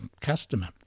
customer